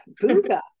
Buddha